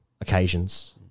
occasions